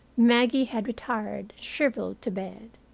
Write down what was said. maggie had retired shriveled to bed.